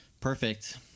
perfect